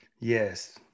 Yes